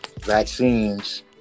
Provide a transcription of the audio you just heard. vaccines